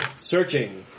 Searching